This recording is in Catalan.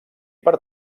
per